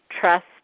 trust